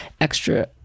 extra